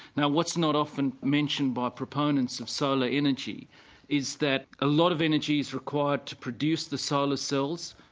now what's not often mentioned by proponents of solar energy is that a lot of energy is required to produce the solar cells,